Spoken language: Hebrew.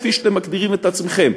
כפי שאתם מגדירים את עצמכם,